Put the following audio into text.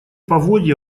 поводья